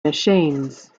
machines